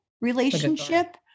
Relationship